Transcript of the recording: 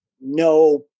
no